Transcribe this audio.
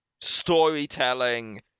storytelling